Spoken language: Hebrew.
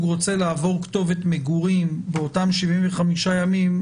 רוצה לעבור כתובת מגורים באותם 75 ימים,